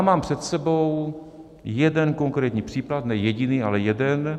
Mám před sebou jeden konkrétní případ ne jediný, ale jeden.